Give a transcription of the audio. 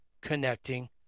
connecting